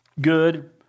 good